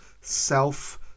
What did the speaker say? self